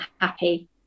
happy